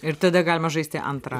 ir tada galima žaisti antrą